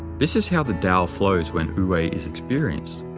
this is how the tao flows when wu-wei is experienced.